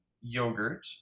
yogurt